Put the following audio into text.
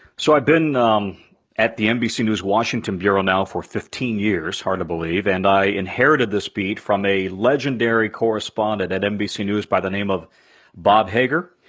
so i've been um at the nbc news washington bureau now for fifteen years, hard to believe. and i inherited this beat from a legendary correspondent at nbc news by the name of bob hager.